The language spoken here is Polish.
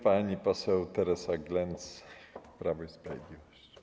Pani poseł Teresa Glenc, Prawo i Sprawiedliwość.